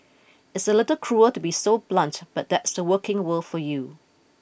it's a little cruel to be so blunt but that's the working world for you